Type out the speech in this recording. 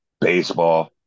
Baseball